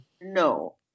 No